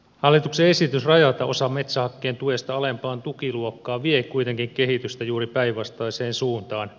hallituksen esitys rajata osa metsähakkeen tuesta alempaan tukiluokkaan vie kuitenkin kehitystä juuri päinvastaiseen suuntaan